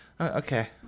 okay